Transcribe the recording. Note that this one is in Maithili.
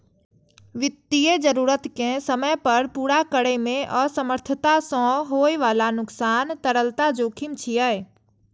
वित्तीय जरूरत कें समय पर पूरा करै मे असमर्थता सं होइ बला नुकसान तरलता जोखिम छियै